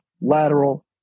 lateral